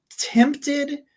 tempted